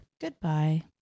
Goodbye